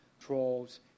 trolls